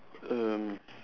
um